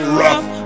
rough